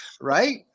right